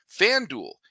FanDuel